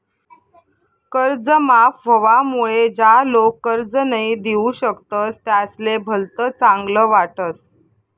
कर्ज माफ व्हवामुळे ज्या लोक कर्ज नई दिऊ शकतस त्यासले भलत चांगल वाटस